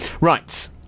Right